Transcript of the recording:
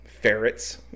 ferrets